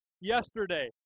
yesterday